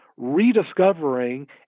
rediscovering